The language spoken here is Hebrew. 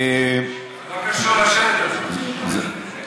זה לא קשור לשלט, אדוני.